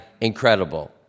incredible